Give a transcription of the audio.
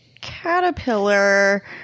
caterpillar